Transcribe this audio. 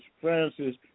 Francis